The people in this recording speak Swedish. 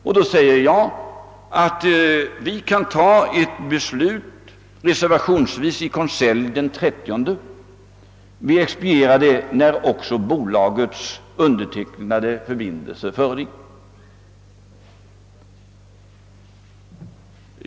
Jag förklarade då att vi kunde ta ett beslut reservationsvis i konselj den 30 juni och sedan expediera det när också bolagets undertecknade förbindelse förelåg.